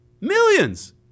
Millions